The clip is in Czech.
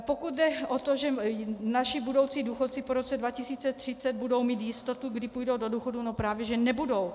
Pokud jde o to, že naši budoucí důchodci po roce 2030 budou mít jistotu, kdy půjdou do důchodu no právě že nebudou.